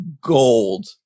gold